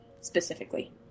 specifically